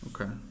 okay